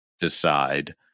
decide